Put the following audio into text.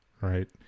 right